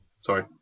Sorry